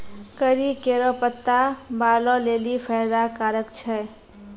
करी केरो पत्ता बालो लेलि फैदा कारक छै